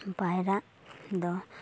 ᱯᱟᱭᱨᱟᱜ ᱫᱚ